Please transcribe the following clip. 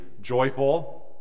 joyful